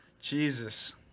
Jesus